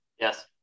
Yes